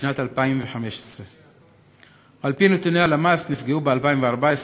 בשנת 2015. על-פי נתוני הלמ"ס, נפגעו ב-2014,